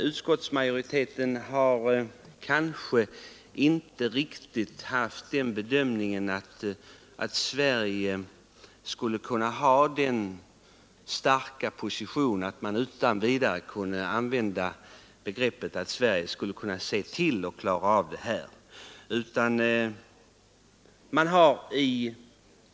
Utskottsmajoriteten har inte riktigt gjort den bedömningen att Sverige skulle kunna ha en så stark position att man utan vidare kunde använda begreppet att Sverige skulle kunna ”se till” att klara av detta.